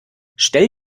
stell